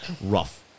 rough